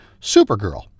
Supergirl